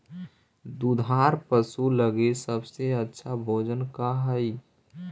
दुधार पशु लगीं सबसे अच्छा भोजन का हई?